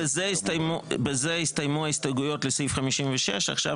בזה הסתיימו ההסתייגות לסעיף 56. עכשיו